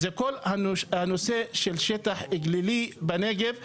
הוא כל הנושא של שטח גלילי בנגב,